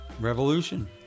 Revolution